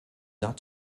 not